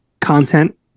content